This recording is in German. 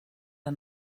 der